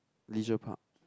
leisure park